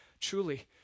Truly